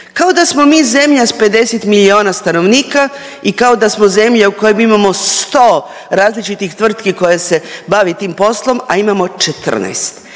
kao da smo mi zemlja sa 50 milijuna stanovnika i kao da smo zemlja u kojoj imamo 100 različitih tvrtki koje se bave tim poslom, a imamo 14.